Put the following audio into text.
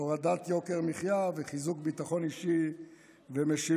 הורדת יוקר המחיה וחיזוק הביטחון האישי והמשילות,